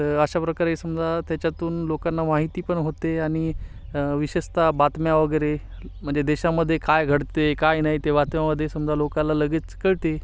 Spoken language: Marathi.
तर अशा प्रकारे समजा त्याच्यातून लोकांना माहिती पण होते आनि विशेषतः बातम्या वगैरे म्हणजे देशामध्ये काय घडते काय नाही ते बातम्यामध्ये समजा लोकांना लगेच कळते